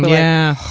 yeah.